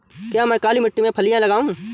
क्या मैं काली मिट्टी में फलियां लगाऊँ?